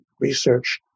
research